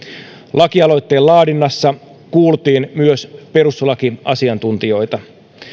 lakialoitteen laadinnassa kuultiin myös perustuslakiasiantuntijoita